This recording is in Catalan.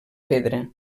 pedra